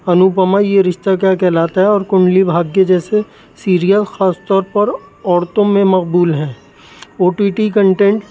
انوپما یہ رشتہ کیا کہلاتا ہے اور کنڈلی بھاگیہ جیسے سیریل خاص طور پر عورتوں میں مقبول ہیں او ٹی ٹی کنٹینٹ